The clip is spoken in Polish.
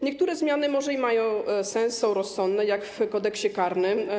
Niektóre zmiany może i mają sens, są rozsądne, jak te w Kodeksie karnym.